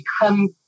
become